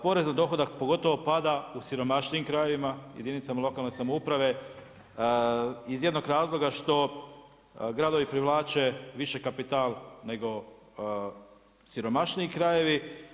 Porez na dohotak pogotovo pada u siromašnijim krajevima, jedinicama lokalne samouprave iz jednog razloga što gradovi privlače više kapital nego siromašniji krajevi.